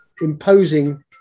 imposing